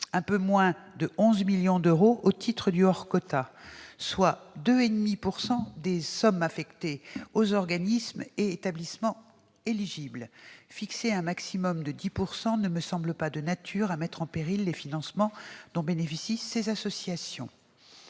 un peu moins de 11 millions d'euros au titre du hors-quota, soit 2,6 % des sommes affectées aux organismes et établissements éligibles. Un plafond de 10 % ne me semble pas de nature à mettre en péril les financements dont bénéficient ces associations.